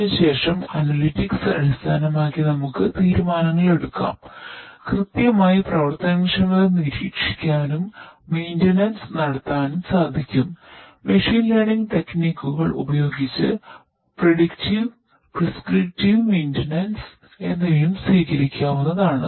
അതിനുശേഷം അനലിറ്റിക്സ് എന്നിവയും സ്വീകരിക്കാവുന്നതാണ്